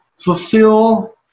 fulfill